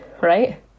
right